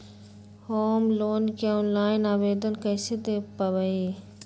Home loan के online आवेदन कैसे दें पवई?